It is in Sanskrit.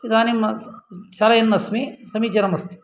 इदानीं चालयन्नस्मि समीचीनम् अस्ति